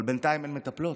אבל בינתיים אין מטפלות,